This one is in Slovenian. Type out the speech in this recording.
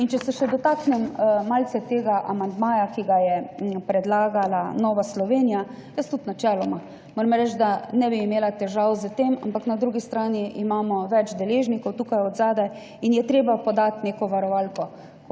Če se malce dotaknem še tega amandmaja, ki ga je predlagala Nova Slovenija. Jaz tudi načeloma moram reči, da ne bi imela težav s tem, ampak na drugi strani imamo zadaj več deležnikov in je treba podati neko varovalko.